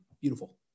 beautiful